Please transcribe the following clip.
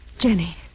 Jenny